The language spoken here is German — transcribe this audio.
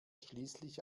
schließlich